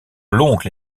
l’oncle